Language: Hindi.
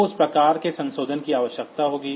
तो उस प्रकार के संशोधन की आवश्यकता होगी